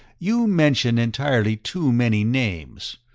you mention entirely too many names,